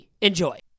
Enjoy